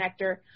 connector